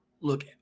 look